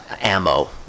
ammo